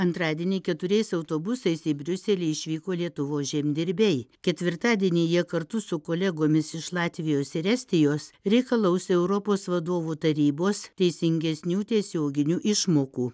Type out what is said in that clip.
antradienį keturiais autobusais į briuselį išvyko lietuvos žemdirbiai ketvirtadienį jie kartu su kolegomis iš latvijos ir estijos reikalaus europos vadovų tarybos teisingesnių tiesioginių išmokų